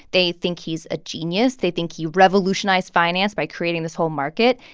they think he's a genius. they think he revolutionized finance by creating this whole market.